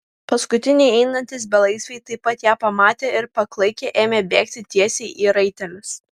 paskutiniai einantys belaisviai taip pat ją pamatė ir paklaikę ėmė bėgti tiesiai į raitelius